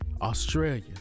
australia